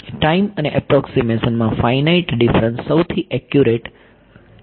time અને approximation માં finite difference સૌથી એકયુરેટ છે